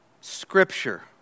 Scripture